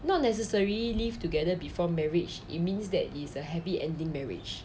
not necessary lived together before marriage it means that is a happy ending marriage